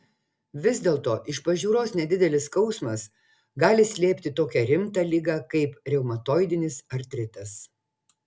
vis dėlto iš pažiūros nedidelis skausmas gali slėpti tokią rimtą ligą kaip reumatoidinis artritas